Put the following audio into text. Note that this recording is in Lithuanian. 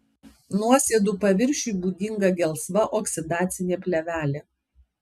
nuosėdų paviršiui būdinga gelsva oksidacinė plėvelė